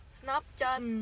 snapchat